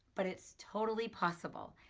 but it's totally possible.